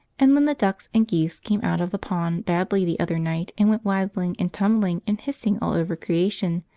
and when the ducks and geese came out of the pond badly the other night and went waddling and tumbling and hissing all over creation,